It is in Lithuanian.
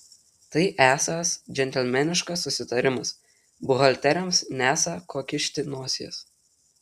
tai esąs džentelmeniškas susitarimas buhalteriams nesą ko kišti nosies